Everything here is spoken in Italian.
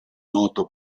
noto